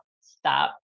stop